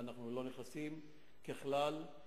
וככלל,